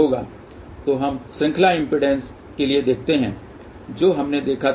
तो हम श्रृंखला इम्पीडेन्स के लिए देखते हैं जो हमने देखा था